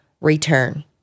return